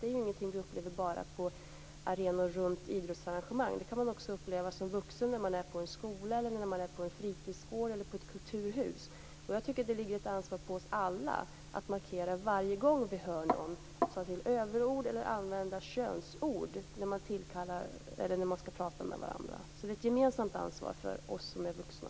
Det är ju ingenting som vi upplever bara på arenor i samband med idrottsarrangemang. Det kan man också uppleva som vuxen när man är på en skola, på en fritidsgård eller i ett kulturhus. Jag tycker att det ligger ett ansvar på oss alla att markera varje gång vi hör någon ta till överord eller använda könsord när man skall prata med varandra. Det är alltså ett gemensamt ansvar för oss som är vuxna.